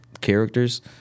characters